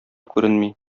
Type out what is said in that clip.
күренми